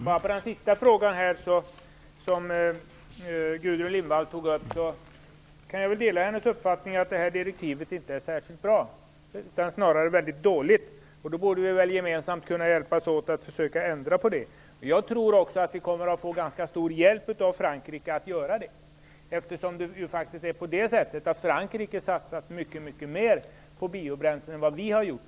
Herr talman! Vad gäller den sista frågan som Gudrun Lindvall tog upp vill jag säga att jag delar hennes uppfattning om att direktivet inte är särskilt bra utan snarare väldigt dåligt. Vi borde gemensamt kunna hjälpas åt att försöka ändra på det. Jag tror att vi kommer att få ganska stor hjälp av Frankrike att göra det. Frankrike har ju faktiskt satsat mycket mer på biobränslen än vad vi har gjort.